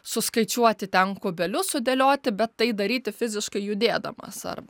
suskaičiuoti ten kubelius sudėlioti bet tai daryti fiziškai judėdamas ar